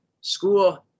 school